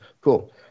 Cool